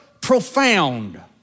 profound